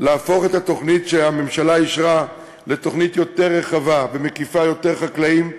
להפוך את התוכנית שהממשלה אישרה לתוכנית יותר רחבה שמקיפה יותר חקלאים,